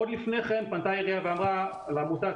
עוד לפני כן פנתה העירייה ואמרה לעמותה,